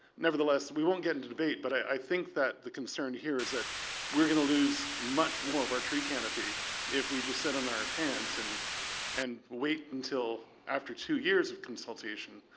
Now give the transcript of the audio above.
nevertheless, we won't get into debate, but i think that the concern here is that beer going to lose much more of our tree canopy if we just sit on our hands and and wait until after two years of consultation,